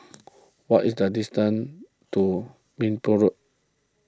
what is the distance to Minbu Road